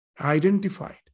identified